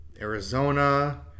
Arizona